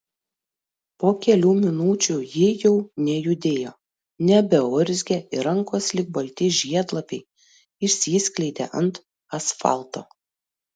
po kelių minučių ji jau nejudėjo nebeurzgė ir rankos lyg balti žiedlapiai išsiskleidė ant asfalto